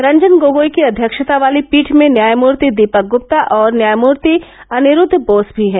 रंजन गोगोई की अध्यक्षता वाली पीठ में न्यायमूर्ति दीपक गृप्ता और अनिरूद्ध बोस भी हैं